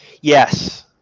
Yes